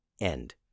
end